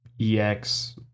EX